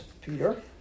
Peter